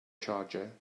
charger